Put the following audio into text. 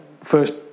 first